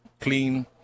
clean